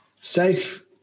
safe